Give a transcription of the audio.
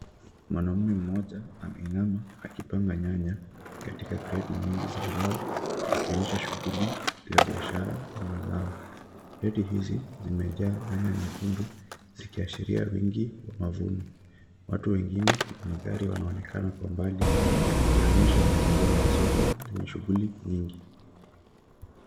Mwanamume mmoja ameinama akipanga nyanya katika kreti nyingi za mbao zikionyesha shughuli ya biashara ya mazao. Kreti hizi zimejaa nyanya nyekundui zikiashiria wingi wa mavuno. Watu wengine na magari wanaonekana kwa mbali ikionyesha mazingira ya soko lenye shughuli nyingi.